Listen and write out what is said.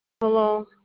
Hello